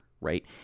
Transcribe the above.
right